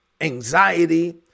anxiety